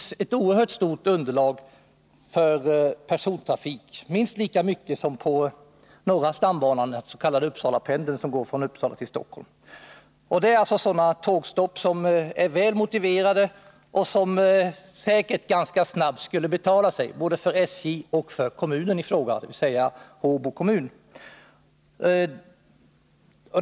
Underlaget för persontrafik är minst lika stort som för den s.k. Uppsalapendeln på norra stambanan mellan Uppsala och Stockholm. Ett tågstopp här är alltså välmotiverat och skulle säkert ganska snabbt betala sig både för SJ och för kommunen i fråga, dvs. Håbo kommun.